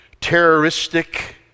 terroristic